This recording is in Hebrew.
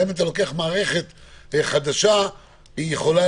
גם אם אתה לוקח מערכת חדשה היא יכולה